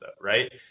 right